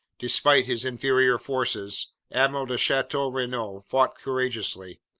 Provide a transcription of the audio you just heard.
despite his inferior forces, admiral de chateau-renault fought courageously.